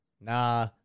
Nah